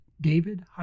david